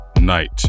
Night